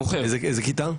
באיזה כיתה?